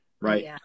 right